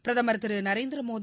பிரதம் திருநரேந்திரமோடி